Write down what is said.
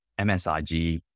MSIG